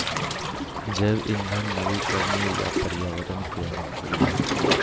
जैव इंधन नवीकरणीय और पर्यावरण के अनुकूल हइ